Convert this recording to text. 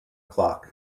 clock